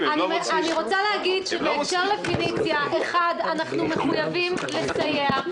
בהקשר לפניציה אנחנו מחויבים לסייע,